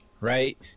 right